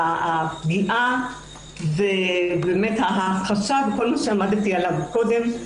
והפגיעה וההכחשה וכל מה שעמדתי עליו קודם.